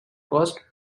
caused